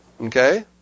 Okay